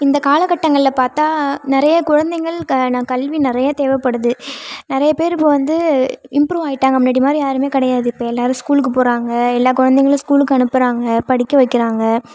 இந்த காலக்கட்டங்களில் பார்த்தா நிறையா குழந்தைங்கள் கல்வி நிறையா தேவைப்படுது நிறைய பேர் இப்போ வந்து இம்ப்ரூவ் ஆகிட்டாங்க முன்னாடி மாதிரி யாரும் கிடையாது இப்போ எல்லோரும் ஸ்கூலுக்கு போகிறாங்க எல்லா கொழந்தைங்களும் ஸ்கூலுக்கு அனுப்புகிறாங்க படிக்க வைக்கிறாங்க